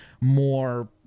more